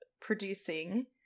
producing